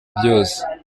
byose